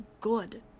good